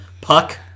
Puck